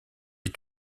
les